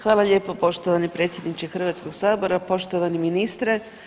Hvala lijepa poštovani predsjedniče Hrvatskog sabora, poštovani ministre.